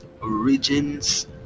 Origins